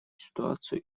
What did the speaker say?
ситуацию